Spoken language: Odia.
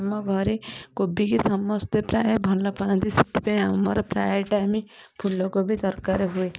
ଆମ ଘରେ କୋବି କି ସମସ୍ତେ ପ୍ରାୟ ଭଲ ପାଆନ୍ତି ସେଥିପାଇଁ ଆମର ପ୍ରାୟ ଟାଇମ୍ ଫୁଲ କୋବି ତରକାରୀ ହୁଏ